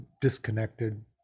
disconnected